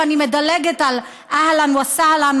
ואני מדלגת על אהלן וסהלן,